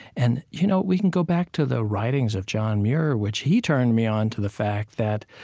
and you know we can go back to the writings of john muir, which he turned me on to the fact that